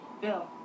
Bill